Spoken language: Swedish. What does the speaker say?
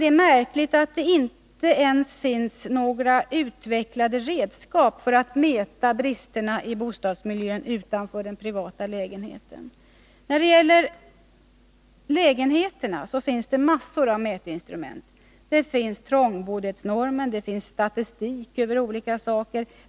Det är märkligt att det inte ens finns några utvecklade redskap för att mäta bristerna i bostadsmiljön utanför den privata lägenheten. När det gäller lägenheterna finns en mängd mätinstrument. Det finns trångboddhetsnormen, det finns statistik över olika saker.